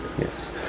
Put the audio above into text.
Yes